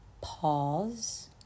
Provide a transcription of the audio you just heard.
pause